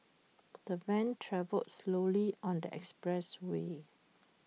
the van travelled slowly on the expressway